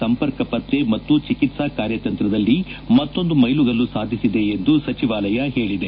ಸಂಪರ್ಕ ಪತ್ತೆ ಮತ್ತು ಚಿಕಿತ್ಸಾ ಕಾರ್ಯತಂತ್ರದಲ್ಲಿ ಮತ್ತೊಂದು ಮೈಲಿಗಲ್ಲು ಸಾಧಿಸಿದೆ ಎಂದು ಸಚಿವಾಲಯ ಹೇಳಿದೆ